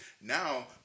now